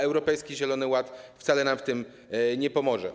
Europejski Zielony Ład wcale nam w tym nie pomoże.